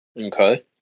okay